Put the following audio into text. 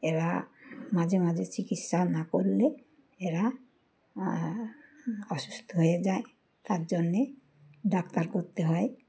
এরা মাঝে মাঝে চিকিৎসা না করলে এরা অসুস্থ হয়ে যায় তার জন্যে ডাক্তার করতে হয়